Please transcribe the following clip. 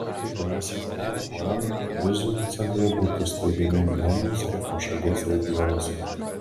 kaip bns informavo urm vizų centrai būtų steigiami ne minske o šalies regionuose